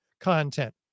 content